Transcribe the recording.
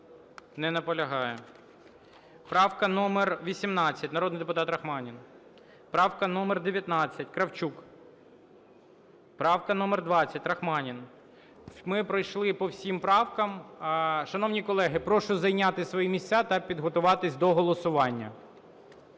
Не наполягає. Правка номер 18, народний депутат Рахманін. Правка номер 19, Кравчук. Правка номер 20, Рахманін. Ми пройшли по всім правкам. Шановні колеги, прошу зайняти свої місця та підготуватись до голосування.